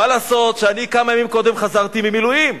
מה לעשות שאני כמה ימים קודם חזרתי ממילואים?